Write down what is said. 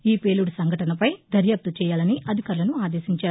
ఈ పేలుడు సంఘటనపై దర్యాప్తు చేయాలని అధికారులను ఆదేశించారు